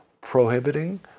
prohibiting